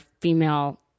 female